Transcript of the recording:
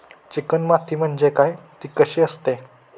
Chicken माती म्हणजे काय? ति कशी असते?